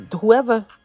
whoever